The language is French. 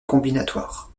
combinatoire